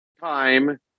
time